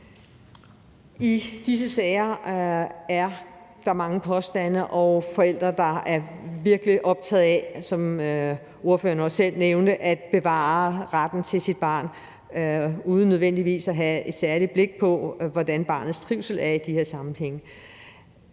I disse sager er der mange påstande og forældre, der, som spørgeren også selv nævnte, virkelig er optagede af at bevare retten til deres barn uden nødvendigvis at have et særligt blik på, hvordan barnets trivsel er i de her sammenhænge.